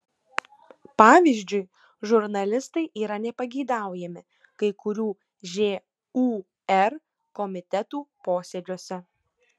pavyzdžiui žurnalistai yra nepageidaujami kai kurių žūr komitetų posėdžiuose